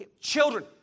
children